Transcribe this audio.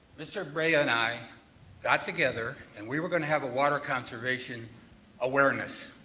mr. brea ah and i got together and we were going to have a water conservation awareness.